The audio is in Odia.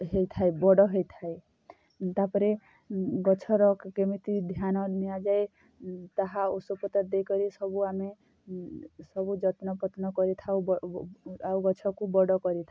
ହେଇଥାଏ ବଡ଼୍ ହେଇଥାଏ ତା'ପରେ ଗଛର କେମିତି ଧ୍ୟାନ ନିଆଯାଏ ତାହା ଔଷଧପତର୍ ଦେଇକରି ସବୁ ଆମେ ସବୁ ଯତ୍ନଫତ୍ନ କରିଥାଉ ଆଉ ଗଛକୁ ବଡ଼ କରିଥାଉ